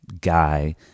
guy